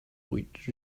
which